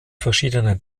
verschiedenen